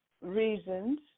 reasons